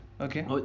okay